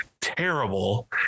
terrible